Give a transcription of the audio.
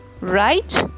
right